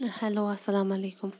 hello السَلامُ علیکُم